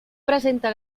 presenta